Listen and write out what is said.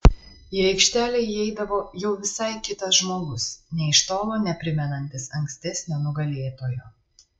į aikštelę įeidavo jau visai kitas žmogus nė iš tolo neprimenantis ankstesnio nugalėtojo